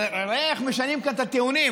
אבל איך משנים כאן את הטיעונים,